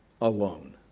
alone